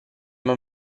man